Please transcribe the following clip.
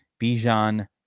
Bijan